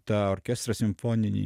tą orkestrą simfoninį